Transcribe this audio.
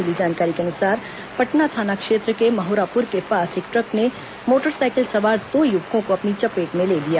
मिली जानकारी के अनुसार पटना थाना क्षेत्र के महोरापुर के पास एक ट्रक ने मोटरसाइकिल सवार दो युवकों को अपनी चपेट में ले लिया